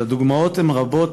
והדוגמאות הן רבות,